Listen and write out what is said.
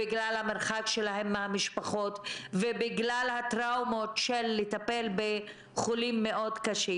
בגלל המרחק שלהם מהמשפחות ובגלל הטראומות של טיפול בחולים מאוד קשים,